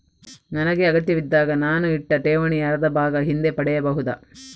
ನನಗೆ ಅಗತ್ಯವಿದ್ದಾಗ ನಾನು ಇಟ್ಟ ಠೇವಣಿಯ ಅರ್ಧಭಾಗ ಹಿಂದೆ ಪಡೆಯಬಹುದಾ?